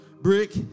Brick